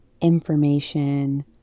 information